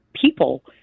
people